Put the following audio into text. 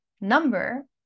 number